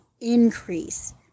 increase